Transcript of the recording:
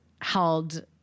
held